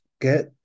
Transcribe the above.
get